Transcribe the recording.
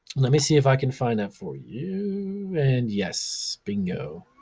let me see if i can find them for you. and yes, bingo,